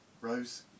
Rose